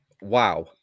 Wow